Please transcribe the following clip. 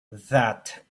that